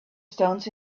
stones